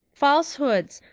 falsehoods,